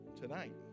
tonight